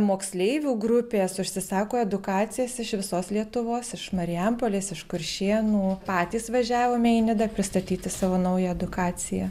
moksleivių grupės užsisako edukacijas iš visos lietuvos iš marijampolės iš kuršėnų patys važiavome į nidą pristatyti savo naują edukaciją